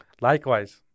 likewise